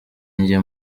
njye